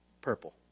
Purple